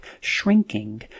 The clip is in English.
shrinking